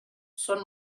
són